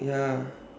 ya